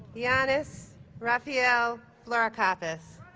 yeah ioannis rafail florokapis